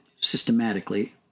systematically